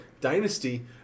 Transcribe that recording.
dynasty